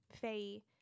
Faye